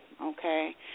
okay